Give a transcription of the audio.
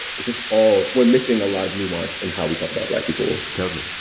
this is all we're missing a lot of nuance in how we talk about black people totally,